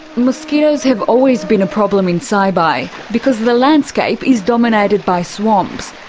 mosquitoes have always been a problem in saibai because the landscape is dominated by swamps.